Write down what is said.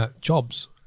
jobs